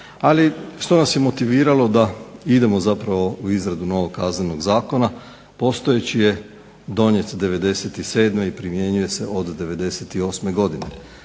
Ali što nas je motiviralo da idemo zapravo u izradu novog Kaznenog zakona? Postojeći je donijet '97. i primjenjuje se od '98. godine.